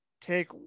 take